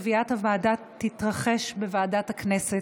קביעת הוועדה תתרחש בוועדת הכנסת.